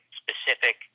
specific